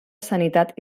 sanitat